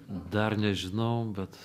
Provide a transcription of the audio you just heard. dar nežinau bet